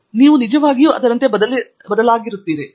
ನೀವು ನಿಜವಾಗಿಯೂ ಅದರಂತೆ ಬದಲಿಯಾಗಿರುತ್ತೀರಿ